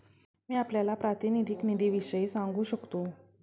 मी आपल्याला प्रातिनिधिक निधीविषयी सांगू शकतो